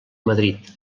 madrid